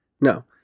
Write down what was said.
No